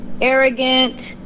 arrogant